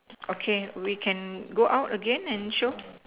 okay we can go out again and show